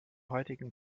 heutigen